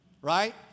right